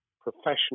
professional